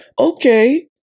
okay